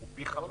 הוא פי חמש.